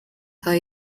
per